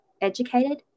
educated